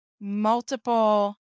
multiple